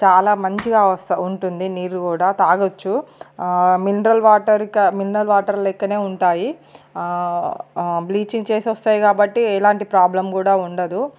చాలా మంచిగా వస్త ఉంటుంది నీళ్ళు కూడా తాగచ్చు మినరల్ వాటర్ మినరల్ వాటర్ లెక్కనే ఉంటాయి బ్లీచింగ్ చేసి వస్తాయి కాబట్టి ఎలాంటి ప్రాబ్లం కూడా ఉండదు